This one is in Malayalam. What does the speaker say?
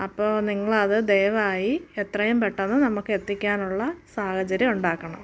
അപ്പോൾ നിങ്ങളത് ദയവായി എത്രയും പെട്ടെന്ന് നമുക്ക് എത്തിക്കാനുള്ള സാഹചര്യം ഉണ്ടാക്കണം